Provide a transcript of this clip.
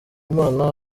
mana